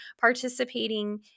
participating